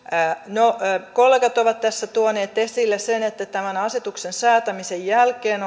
no kollegat ovat tässä tuoneet esille sen että tämän asetuksen säätämisen jälkeen